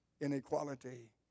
inequality